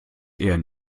eher